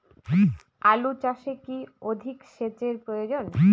আলু চাষে কি অধিক সেচের প্রয়োজন?